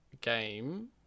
game